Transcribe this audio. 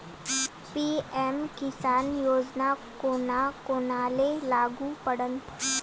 PM Kisan Yojana कोना कोनाले लागू पडन?